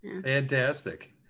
Fantastic